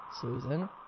Susan